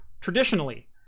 traditionally